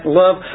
love